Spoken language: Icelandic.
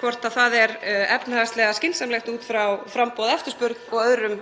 hvort það er efnahagslega skynsamlegt út frá framboði og eftirspurn og öðrum